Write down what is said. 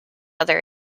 other